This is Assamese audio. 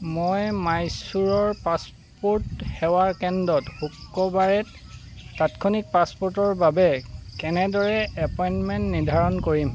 মই মাইশূৰৰ পাছপোৰ্ট সেৱা কেন্দ্ৰত শুক্ৰবাৰে তাৎক্ষণিক পাছপোৰ্টৰ বাবে কেনেদৰে এপইণ্টমেণ্ট নিৰ্ধাৰণ কৰিম